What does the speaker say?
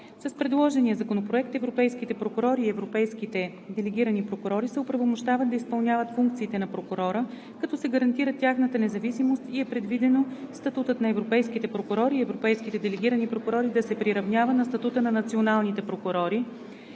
С предложения Законопроект европейските прокурори и европейските делегирани прокурори се оправомощават да изпълняват функциите на прокурора, като се гарантира тяхната независимост и е предвидено статутът на европейските прокурори и европейските делегирани прокурори да се приравнява на статута на националните прокурори,